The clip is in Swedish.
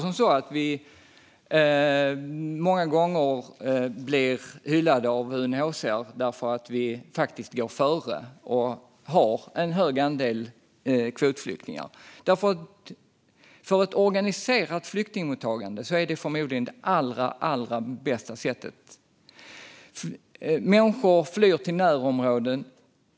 Många gånger blir Sverige hyllat av UNHCR därför att vi går före och har en hög andel kvotflyktingar, och det är förmodligen det bästa sättet att organisera ett flyktingmottagande. Människor flyr till närområden.